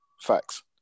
Facts